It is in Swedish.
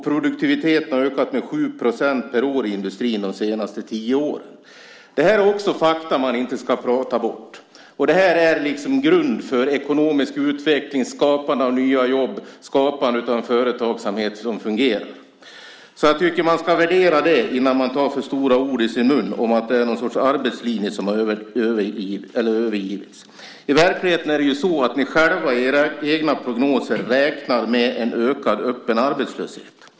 Produktiviteten i industrin har ökat med 7 % per år de senaste tio åren. Det är fakta man inte ska prata bort. Det är grunden för ekonomisk utveckling, för skapandet av nya jobb och en företagsamhet som fungerar. Jag tycker att man ska värdera det innan man tar för stora ord i sin mun om att det är någon sorts arbetslinje som övergivits. I verkligheten räknar ni själva i era egna prognoser med en ökad öppen arbetslöshet.